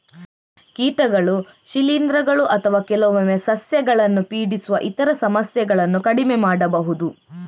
ಕೀಟಗಳು, ಶಿಲೀಂಧ್ರಗಳು ಅಥವಾ ಕೆಲವೊಮ್ಮೆ ಸಸ್ಯಗಳನ್ನು ಪೀಡಿಸುವ ಇತರ ಸಮಸ್ಯೆಗಳನ್ನು ಕಡಿಮೆ ಮಾಡಬಹುದು